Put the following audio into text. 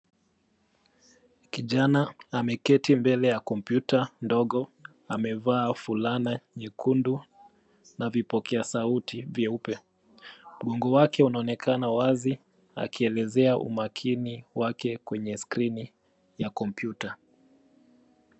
Kijana ameketi mbele ya kompyuta ndogo. Amevaa fulana nyekundu na vipokea sauti vyeupe. Mgongo wake unaonekana wazi akielezea umakini wake kwenye skrini ya kompyuta.